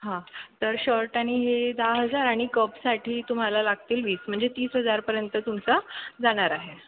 हां तर शर्ट आणि हे दहा हजार आणि कपसाठी तुम्हाला लागतील वीस म्हणजे तीस हजारपर्यंत तुमचा जाणार आहे